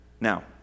Now